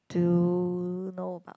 do you know about